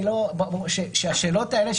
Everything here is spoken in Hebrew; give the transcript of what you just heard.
השאלות האלה,